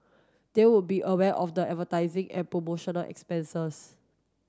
they would be aware of the advertising and promotional expenses